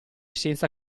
senza